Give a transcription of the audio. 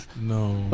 No